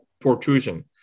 Protrusion